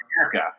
America